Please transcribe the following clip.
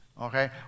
Okay